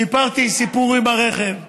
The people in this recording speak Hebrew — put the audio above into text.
סיפרתי סיפור עם הרכב.